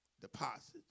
deposits